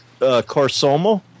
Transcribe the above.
Corsomo